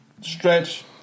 stretch